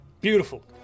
beautiful